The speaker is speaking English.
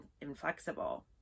inflexible